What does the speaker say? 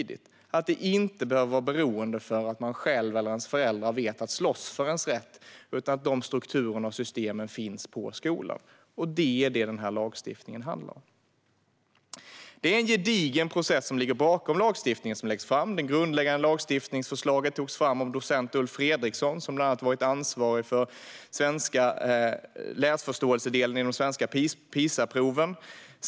Det behöver inte vara beroende av att man själv eller ens föräldrar vet att slåss för ens rätt, utan dessa strukturer och system ska finnas på skolan. Det är detta som den här lagstiftningen handlar om. Det är en gedigen process som ligger bakom den lagstiftning som nu läggs fram. Det grundläggande lagstiftningsförslaget togs fram av docent Ulf Fredriksson, som bland annat varit ansvarig för läsförståelsedelen i de svenska PISA-proven.